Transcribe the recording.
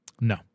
No